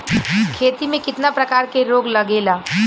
खेती में कितना प्रकार के रोग लगेला?